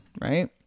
Right